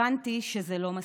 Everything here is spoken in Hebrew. הבנתי שזה לא מספיק.